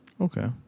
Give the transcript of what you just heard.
Okay